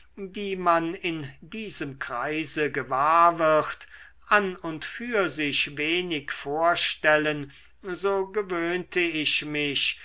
die man in diesem kreise gewahr wird an und für sich wenig vorstellen so gewöhnte ich mich